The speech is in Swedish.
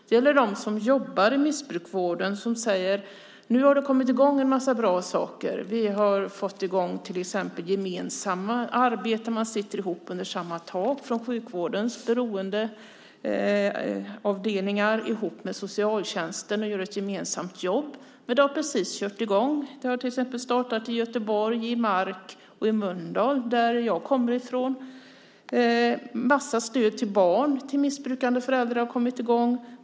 Det gäller dem som jobbar i missbrukarvården, som säger att man nu har kommit i gång med en massa bra saker. Till exempel har man fått i gång gemensamma arbeten där man från sjukvårdens beroendeavdelningar sitter ihop med socialtjänsten under samma tak och gör ett gemensamt jobb. Detta har precis kört i gång, till exempel i Göteborg, i Mark och i Mölndal som jag kommer ifrån. En massa stöd till barn till missbrukande föräldrar har kommit i gång.